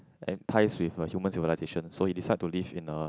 end ties with uh human civilization so he decides to live in a